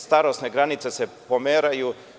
Starosne granice se pomeraju.